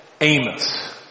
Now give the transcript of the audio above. Amos